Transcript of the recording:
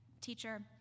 teacher